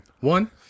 One